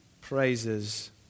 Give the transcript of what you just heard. praises